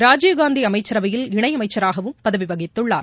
ராஜீவ்காந்தி அமைச்சரவையில் இணையமைச்சராகவும் பதவி வகித்துள்ளார்